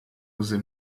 łzy